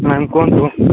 ma'am କୁହନ୍ତୁ